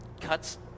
cuts